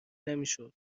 نمیشد